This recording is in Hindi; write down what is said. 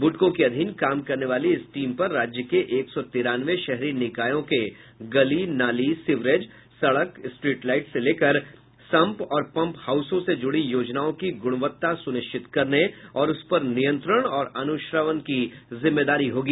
बुडको के अधीन काम करने वाली इस टीम पर राज्य के एक सौ तिरानवे शहरी निकायों के गली नाली सिवरेज सड़क स्ट्रीट लाइट से लेकर शंप और पंप हाउसों से जुड़ी योजनाओं की गुणवत्ता सुनिश्चित करने और उसपर नियंत्रण और अनुश्रवण की जिम्मेदारी होगी